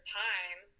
time